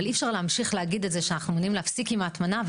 אבל אי אפשר להמשיך להגיד את זה שאנחנו מעוניינים להפסיק עם ההטמנה,